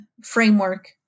framework